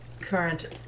current